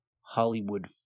Hollywood